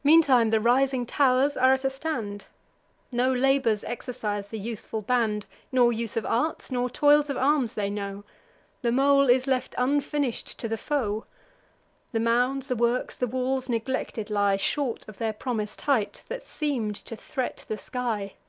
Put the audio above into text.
meantime the rising tow'rs are at a stand no labors exercise the youthful band, nor use of arts, nor toils of arms they know the mole is left unfinish'd to the foe the mounds, the works, the walls, neglected lie, short of their promis'd heighth, that seem'd to threat the sky,